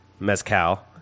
mezcal